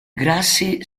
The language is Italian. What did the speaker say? grassi